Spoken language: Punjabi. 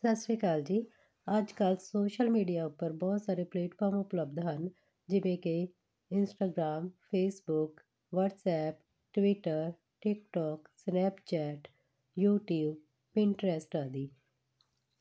ਸਤਿ ਸ਼੍ਰੀ ਅਕਾਲ ਜੀ ਅੱਜ ਕੱਲ੍ਹ ਸੋਸ਼ਲ ਮੀਡੀਆ ਉੱਪਰ ਬਹੁਤ ਸਾਰੇ ਪਲੇਟਫਾਰਮ ਉਪਲਬਧ ਹਨ ਜਿਵੇਂ ਕਿ Instagram Facebook WhatsApp Twitter TikTok Snapchat YouTube Pinterest ਆਦਿ